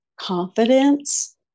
confidence